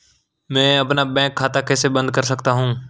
मैं अपना बैंक खाता कैसे बंद कर सकता हूँ?